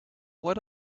what